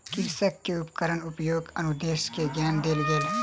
कृषक के उपकरण उपयोगक अनुदेश के ज्ञान देल गेल